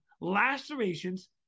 lacerations